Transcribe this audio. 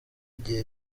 igihe